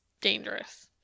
dangerous